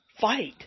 fight